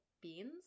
beans